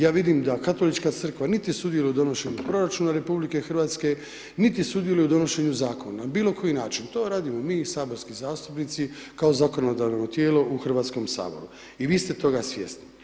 Ja vidim da Katolička crkva niti sudjeluje u donošenju proračuna RH niti sudjeluje u donošenju zakona na bilokoji način, to radimo mi saborski zastupnici kao zakonodavno tijelo u Hrvatskom saboru i vi ste toga svjesni.